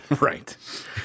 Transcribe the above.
Right